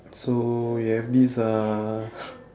so you have this uh